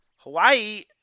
Hawaii